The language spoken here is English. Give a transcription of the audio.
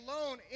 alone